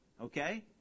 okay